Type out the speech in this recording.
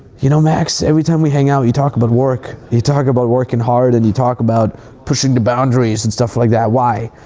you know max, every time we hang out, you talk about work. you talk about working and hard and you talk about pushing the boundaries and stuff like that. why?